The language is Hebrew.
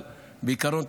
אבל בעיקרון,